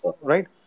Right